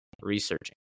researching